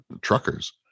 truckers